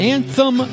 Anthem